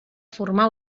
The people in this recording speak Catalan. formar